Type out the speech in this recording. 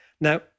Now